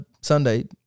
Sunday